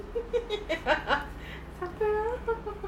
siapa ah